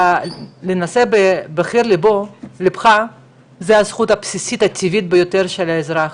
להינשא לבחיר ליבך זוהי הזכות הבסיסית הטבעית ביותר של האזרח,